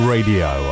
Radio